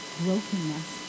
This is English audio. brokenness